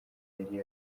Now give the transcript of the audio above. yari